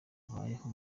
abayeho